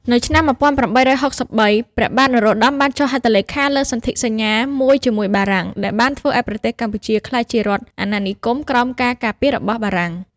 នៅឆ្នាំ ១៨៦៣ ព្រះបាទនរោត្តមបានចុះហត្ថលេខាលើសន្ធិសញ្ញាមួយជាមួយបារាំង ដែលបានធ្វើឱ្យប្រទេសកម្ពុជាក្លាយជារដ្ឋអាណានិគមក្រោមការការពាររបស់បារាំង។